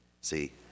See